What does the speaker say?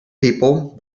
people